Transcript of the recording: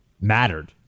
mattered